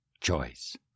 choice